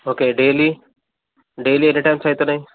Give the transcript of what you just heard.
okay daily daily ఎన్ని times అవుతున్నయి